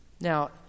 Now